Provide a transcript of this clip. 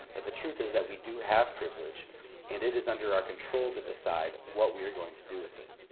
but the truth is that we do have privilege and it is under our control to decide what we are going to do with it.